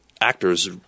actors